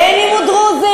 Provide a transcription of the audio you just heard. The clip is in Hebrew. בין שהוא דרוזי,